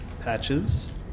patches